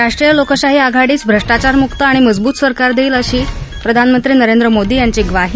राष्ट्रीय लोकशाही आघाडीच भ्रष्टाचार मुक्त आणि मजबूत सरकार देईल अशी प्रधानमंत्री नरेंद्र मोदी यांची ग्वाही